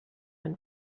and